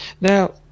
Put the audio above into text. Now